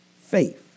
faith